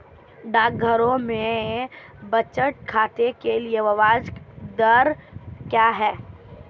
डाकघरों में बचत खाते के लिए ब्याज दर क्या है?